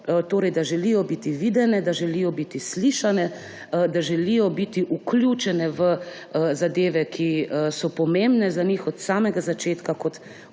da želijo biti videne, da želijo biti slišane, da želijo biti vključene v zadeve, ki so pomembne za njih od samega začetka, kot